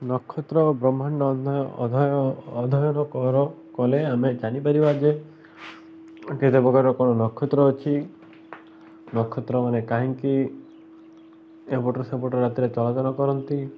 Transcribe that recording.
ନକ୍ଷତ୍ର ବ୍ରହ୍ମାଣ୍ଡ ଅଧ୍ୟୟନ କର କଲେ ଆମେ ଜାଣିପାରିବା ଯେ କେତେ ପ୍ରକାରର କ'ଣ ନକ୍ଷତ୍ର ଅଛି ନକ୍ଷତ୍ର ମାନେ କାହିଁକି ଏପଟ ସେପଟ ରାତିରେ ଚଳାଚଳ କରନ୍ତି